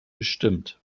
gestimmt